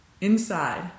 inside